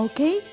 Okay